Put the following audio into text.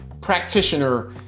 practitioner